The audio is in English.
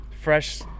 Fresh